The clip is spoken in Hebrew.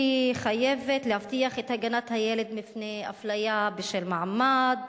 היא חייבת להבטיח את הגנת הילד מפני אפליה בשל מעמד,